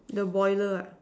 the boiler ah